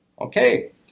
Okay